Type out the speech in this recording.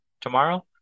tomorrow